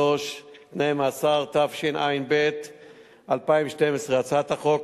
43) (תנאי מאסר), התשע"ב 2012. הצעת החוק